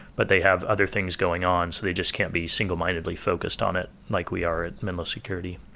but they have other things going on so they just can't be single-mindedly focused on it like we are at menlo security